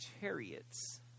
chariots